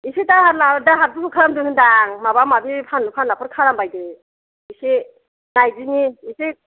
एसे दाहार ला दाहार दुहार खालामदो होनदां माबा माबि फानलु फानलाफोर खालामबायदो एसे नायदिनि एसे